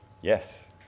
Yes